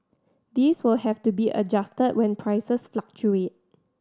these will have to be adjusted when prices fluctuate